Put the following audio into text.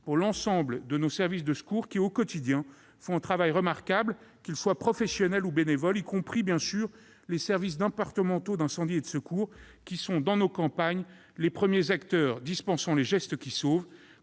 pour l'ensemble de nos services de secours, qui, au quotidien, font un travail remarquable, qu'ils engagent sur le terrain des professionnels ou des bénévoles. Cela inclut, bien sûr, les services départementaux d'incendie et de secours, qui sont, dans nos campagnes, les premiers acteurs dispensant les gestes qui sauvent.